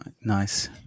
nice